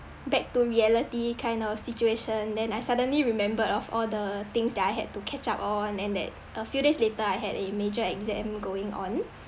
back to reality kind of situation then I suddenly remembered of all the things that I had to catch up on and that a few days later I had a major exam going on